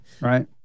right